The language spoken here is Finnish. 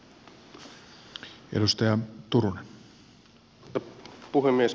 arvoisa puhemies